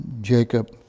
Jacob